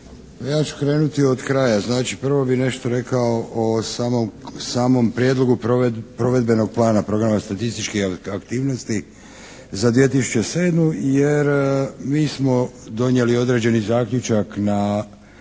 Ja ću krenuti od kraja, znači prvo bih nešto rekao o samom prijedlogu provedbenog Plana programa statističkih aktivnosti za 2007. jer mi smo donijeli određeni zaključak na